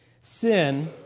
Sin